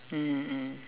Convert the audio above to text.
mm mm